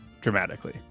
dramatically